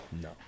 No